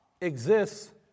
exists